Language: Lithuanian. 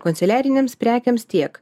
kanceliarinėms prekėms tiek